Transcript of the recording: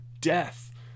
death